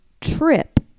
trip